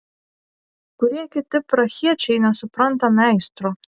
kurie kiti prahiečiai nesupranta meistro